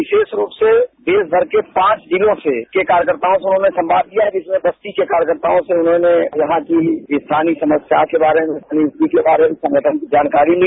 विशेष रूप से देश भर के पांच जिलों के कार्यकर्ताओं से उन्होंने किया जिसमें बस्ती के कार्यकर्ताओं ने उन्होंने यहां के स्थानीय समस्या के बारे में स्थानीय संगठन के बारे में जानकारी ली